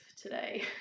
today